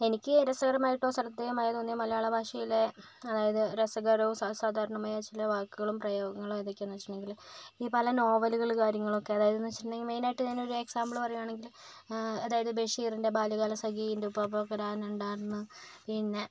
എനിക്ക് രസകരമായിട്ടോ ശ്രദ്ധേയമായോ തോന്നിയ മലയാള ഭാഷയിലെ അതായത് രസകരവും അസാധാരണവുമായ ചില വാക്കുകളും പ്രയോഗങ്ങളും ഏതൊക്കെയാണ് എന്ന് വെച്ചിട്ടുണ്ടെങ്കിൽ ഈ പല നോവലുകൾ കാര്യങ്ങളൊക്കെ അതായത് എന്ന് വെച്ചിട്ടുണ്ടെങ്കിൽ മെയിൻ ആയിട്ട് ഇതിനൊരു എക്സാമ്പിൾ പറയുകയാണെങ്കിൽ അതായത് ബഷീറിൻ്റെ ബാലകാല സഖി എൻ്റെ ഉപ്പാപ്പക്ക് ഒരു ആന ഉണ്ടായിരുന്ന് പിന്നെ